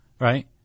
right